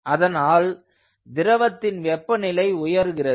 அதனால் திரவத்தின் வெப்பநிலை உயர்கிறது